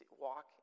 walk